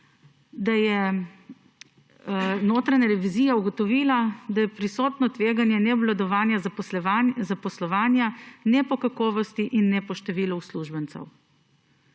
da je notranja revizija ugotovila, da je prisotno tveganje neobvladovanja zaposlovanja ne po kakovosti in ne po številu uslužbencev.